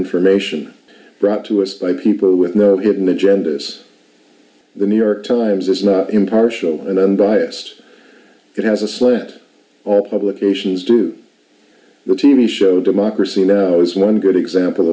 information brought to us by people with no hidden agendas the new york times is not impartial and unbiased it has a slant or publications to the t v show democracy now is one good example